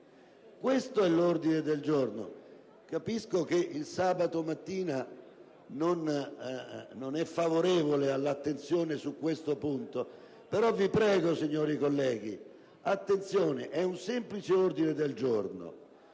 Questo è l'ordine del giorno G119. Capisco che il sabato mattina non favorisce l'attenzione su questo punto, ma vi prego, signori colleghi, di fare attenzione, perché è un semplice ordine del giorno